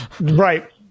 right